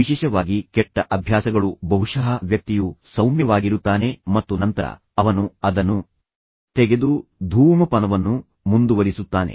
ವಿಶೇಷವಾಗಿ ಕೆಟ್ಟ ಅಭ್ಯಾಸಗಳು ಬಹುಶಃ ವ್ಯಕ್ತಿಯು ಸೌಮ್ಯವಾಗಿರುತ್ತಾನೆ ಮತ್ತು ನಂತರ ಅವನು ಅದನ್ನು ತೆಗೆದು ಧೂಮಪಾನವನ್ನು ಮುಂದುವರಿಸುತ್ತಾನೆ